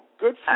Good